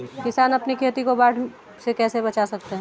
किसान अपनी खेती को बाढ़ से कैसे बचा सकते हैं?